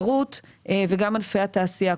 התיירות וגם ענפי התעשייה.